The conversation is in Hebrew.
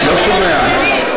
לא שומע,